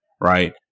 Right